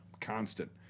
constant